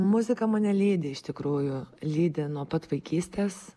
muzika mane lydi iš tikrųjų lydi nuo pat vaikystės